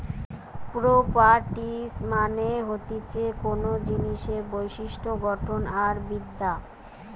properties মানে হতিছে কোনো জিনিসের বিশিষ্ট গঠন আর বিদ্যা